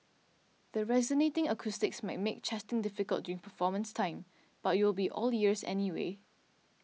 the resonating acoustics might make chatting difficult during performance time but you will be all ears anyway